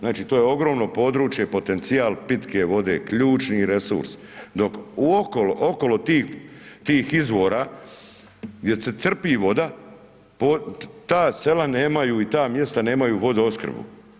Znači to je ogromno područje potencijal pitke vode ključni resurs dok uokolo tih izvora gdje se crpi voda ta sela nemaju i ta mjesta nemaju vodoopskrbu.